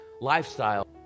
lifestyle